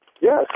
Yes